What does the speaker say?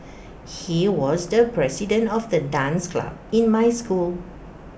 he was the president of the dance club in my school